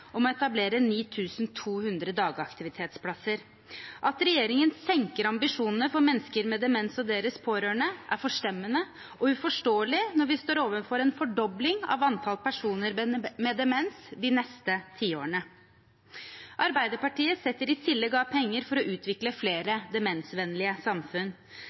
om å etablere 9 200 dagaktivitetsplasser. At regjeringen senker ambisjonene for mennesker med demens og deres pårørende, er forstemmende og uforståelig når vi står overfor en fordobling av antall personer med demens de neste tiårene. Arbeiderpartiet setter i tillegg av penger for å utvikle flere demensvennlige samfunn.